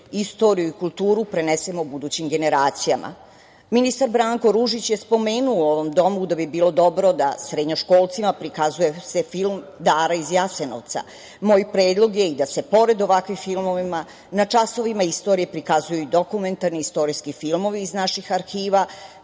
istoriju i kulturu prenesemo budućim generacijama. Ministar Branko Ružić je spomenuo u ovom domu da bi bilo dobro da se srednjoškolcima prikazuje film „Dara iz Jasenovca“. Moj predlog je i da se pored ovakvih filmova, na časovima istorije prikazuju i dokumentarni istorijski filmovi iz naših arhiva